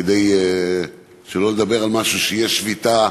כדי שלא לדבר על משהו כשיש שביתה,